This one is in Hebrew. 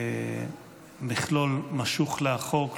כשהמכלול משוך לאחור,